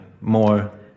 more